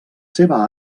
seva